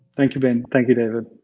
thank you, ben. thank you, david.